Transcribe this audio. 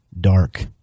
dark